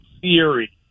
theory